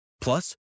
Plus